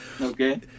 Okay